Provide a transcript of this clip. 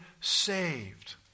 saved